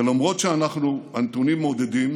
ולמרות שהנתונים מעודדים,